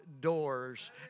doors